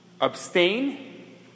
Abstain